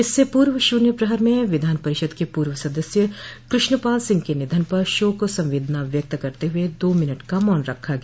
इससे पूर्व शून्य प्रहर में विधान परिषद के पूर्व सदस्य कृष्णपाल सिंह के निधन पर शोक संवेदना व्यक्त करते हुए दो मिनट का मौन रखा गया